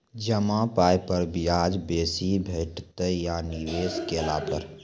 जमा पाय पर ब्याज बेसी भेटतै या निवेश केला पर?